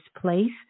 place